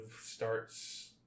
starts